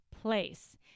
place